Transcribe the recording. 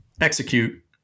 execute